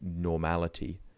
normality